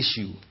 issue